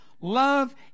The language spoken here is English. Love